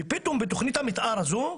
פתאום בתכנית המתאר הזו,